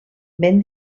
ben